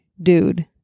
Dude